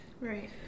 Right